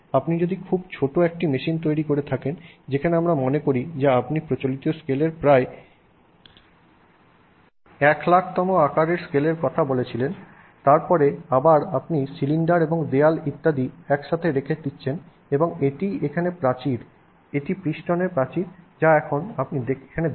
আপনি যদি খুব ছোট একটি মেশিন তৈরি করে থাকেন যেখানে আমরা মনে করি যে আপনি প্রচলিত স্কেলের প্রায় 100000 তম আকারের স্কেলের কথা বলেছিলেন তারপরে আবার আপনি সিলিন্ডার এবং দেয়াল ইত্যাদি একসাথে রেখে দিচ্ছেন এবং এটিই এখানে প্রাচীর এটি পিস্টনের প্রাচীর যা এখন আপনি এখানে দেখছেন